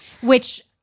Which-